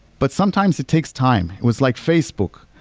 but sometimes it takes time. it was like facebook.